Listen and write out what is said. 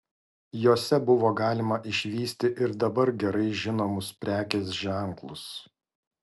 jose buvo galima išvysti ir dabar gerai žinomus prekės ženklus